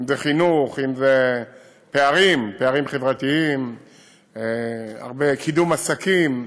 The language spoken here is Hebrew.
אם זה חינוך, פערים חברתיים, קידום עסקים,